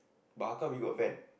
but how come we got van